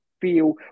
feel